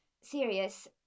serious